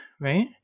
right